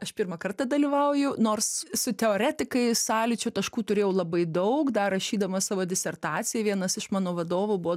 aš pirmą kartą dalyvauju nors su teoretikais sąlyčio taškų turėjau labai daug dar rašydama savo disertaciją vienas iš mano vadovų buvo